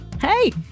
Hey